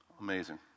Amazing